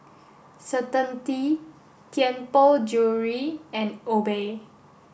certainty Tianpo Jewellery and Obey